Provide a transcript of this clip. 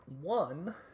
One